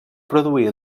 produïa